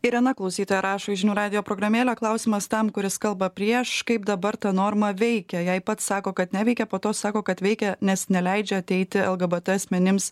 irena klausytoja rašo žinių į radijo programėlę klausimas tam kuris kalba prieš kaip dabar ta norma veikia jei pats sako kad neveikia po to sako kad veikia nes neleidžia ateiti lgbt asmenims